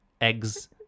eggs